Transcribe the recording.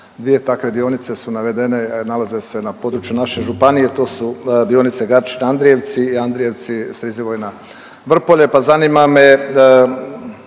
dvije takve dionice su navedene, nalaze se na području naše županije, to su dionice Gačin-Andrijevci i Andrijevci-Strizivojna-Vrpolje